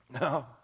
no